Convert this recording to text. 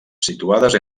situades